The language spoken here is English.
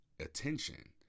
attention